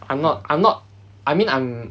I'm not I'm not I mean I'm